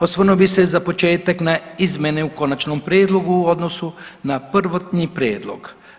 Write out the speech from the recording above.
Osvrnuo bih se i za početak na izmjene u konačnom prijedlogu u odnosu na prvotni prijedlog.